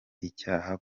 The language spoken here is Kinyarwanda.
icyaha